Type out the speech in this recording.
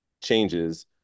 changes